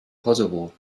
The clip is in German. kosovo